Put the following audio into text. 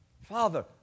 father